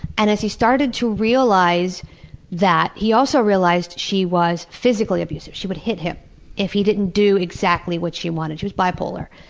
and as he started to realize that, he also realized she was physically abusive. she would hit him if he didn't do exactly what she wanted. she was bipolar,